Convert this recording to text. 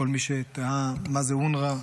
לכל מי שתהה מה זה אונר"א,